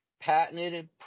patented